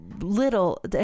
little